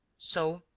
so,